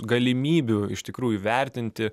galimybių iš tikrųjų vertinti